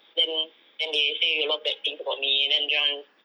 then then they say a lot bad things about me then dia orang